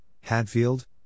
Hadfield